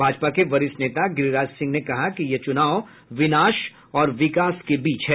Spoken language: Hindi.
भाजपा के वरिष्ठ नेता गिरिराज सिंह ने कहा कि यह चूनाव विनाश और विकास के बीच है